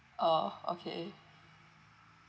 oh okay